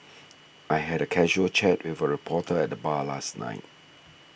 I had a casual chat with a reporter at the bar last night